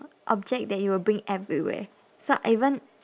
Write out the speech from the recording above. object that you will bring everywhere so I even